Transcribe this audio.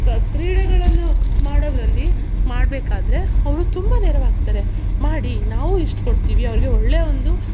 ಕ ಕ್ರೀಡೆಗಳನ್ನು ಮಾಡೋದರಲ್ಲಿ ಮಾಡಬೇಕಾದ್ರೆ ಅವರು ತುಂಬ ನೆರವಾಗ್ತಾರೆ ಮಾಡಿ ನಾವು ಇಷ್ಟು ಕೊಡ್ತೀವಿ ಅವ್ರಿಗೆ ಒಳ್ಳೆ ಒಂದು